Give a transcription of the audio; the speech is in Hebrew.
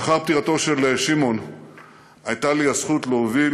לאחר פטירתו של שמעון הייתה לי הזכות להוביל